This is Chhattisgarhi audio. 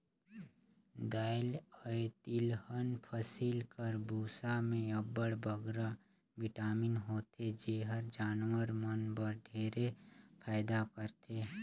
दाएल अए तिलहन फसिल कर बूसा में अब्बड़ बगरा बिटामिन होथे जेहर जानवर मन बर ढेरे फएदा करथे